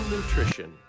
Nutrition